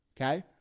okay